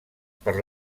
per